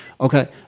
Okay